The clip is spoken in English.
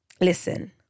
listen